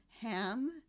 ham